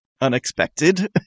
unexpected